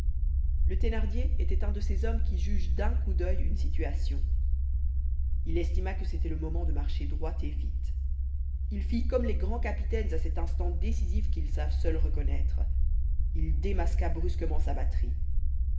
le thénardier était un de ces hommes qui jugent d'un coup d'oeil une situation il estima que c'était le moment de marcher droit et vite il fit comme les grands capitaines à cet instant décisif qu'ils savent seuls reconnaître il démasqua brusquement sa batterie